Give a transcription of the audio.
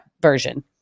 version